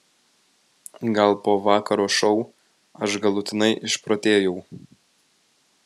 gal po vakaro šou aš galutinai išprotėjau